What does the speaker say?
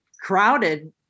crowded